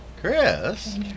Chris